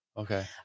Okay